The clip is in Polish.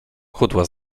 chudła